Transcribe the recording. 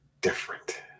different